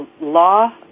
law